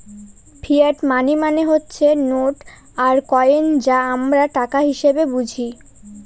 fiat money মানে হচ্ছে note আর কয়েন যা আমরা টাকা হিসেবে বুঝি